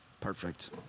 Perfect